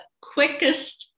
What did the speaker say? quickest